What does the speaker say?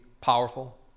powerful